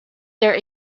their